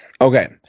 okay